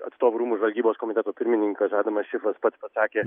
atstovų rūmų žvalgybos komiteto pirmininkas adamas čipsas pats pasakė